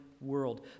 world